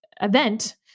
event